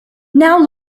now